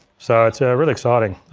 so it's really exciting.